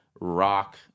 rock